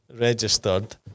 registered